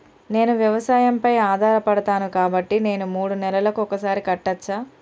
నేను వ్యవసాయం పై ఆధారపడతాను కాబట్టి నేను మూడు నెలలకు ఒక్కసారి కట్టచ్చా?